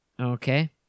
Okay